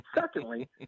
Secondly